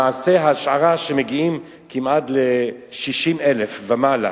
למעשה, ההשערה היא שמגיעים כמעט ל-60,000 ומעלה